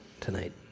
tonight